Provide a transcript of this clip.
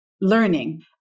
learning